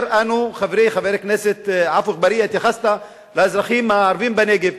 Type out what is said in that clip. חברי חבר הכנסת עפו אגבאריה התייחסת לאזרחים הערבים בנגב.